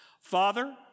Father